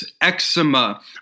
eczema